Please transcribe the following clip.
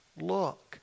Look